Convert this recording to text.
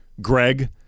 Greg